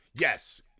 Yes